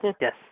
Yes